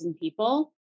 people